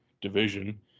division